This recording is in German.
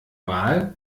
wahl